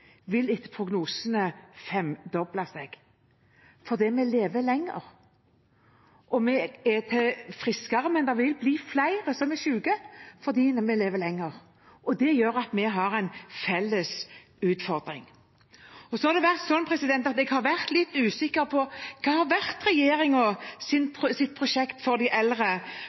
vil etter prognosene femdoble seg – fordi vi lever lenger, og vi er friskere. Men det vil bli flere som er syke fordi vi lever lenger, og det gjør at vi har en felles utfordring. Jeg har vært litt usikker på hva som har vært regjeringens prosjekt for de eldre, for jeg har